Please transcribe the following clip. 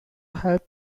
helps